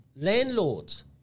landlords